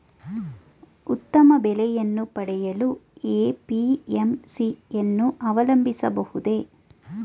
ಉತ್ತಮ ಬೆಲೆಯನ್ನು ಪಡೆಯಲು ಎ.ಪಿ.ಎಂ.ಸಿ ಯನ್ನು ಅವಲಂಬಿಸಬಹುದೇ?